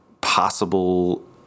possible